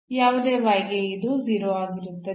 ಯಾವುದೇ y ಗೆ ಇದು 0 ಆಗಿರುತ್ತದೆ